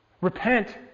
Repent